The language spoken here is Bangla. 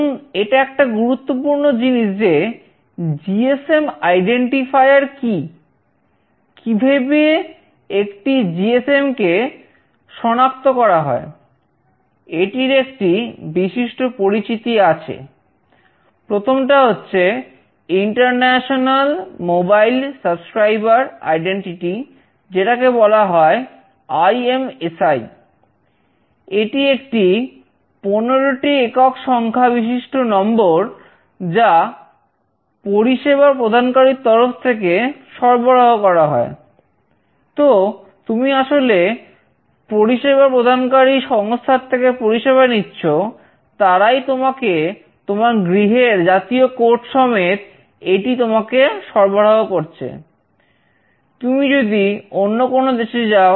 এখন এটা একটা গুরুত্বপূর্ণ জিনিস যে জিএসএম এর সাথে জুড়ে যাবে